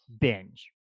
binge